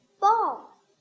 ball